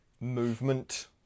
movement